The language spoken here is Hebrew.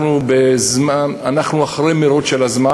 אנחנו במירוץ נגד הזמן.